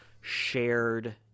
shared